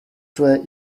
tray